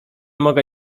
mogę